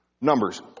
Numbers